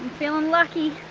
feeling lucky.